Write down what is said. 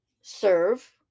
serve